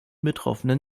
betroffenen